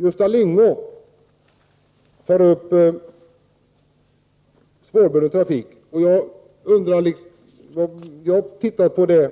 Gösta Lyngå tar upp frågan om den spårbundna trafiken. Jag har studerat denna och kan säga följande.